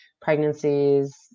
pregnancies